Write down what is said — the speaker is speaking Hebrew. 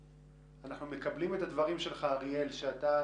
אנחנו מקבלים את הדברים שלך, אריאל, שאתה